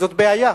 זאת בעיה.